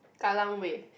Kallang Wave